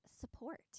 support